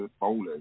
bowlers